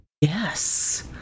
Yes